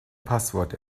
passwort